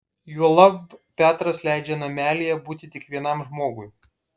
juolab petras leidžia namelyje būti tik vienam žmogui